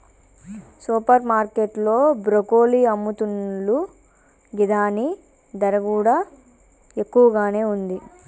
super market లో broccoli అమ్ముతున్లు గిదాని ధర కూడా ఎక్కువగానే ఉంది